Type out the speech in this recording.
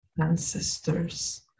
ancestors